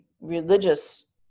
religious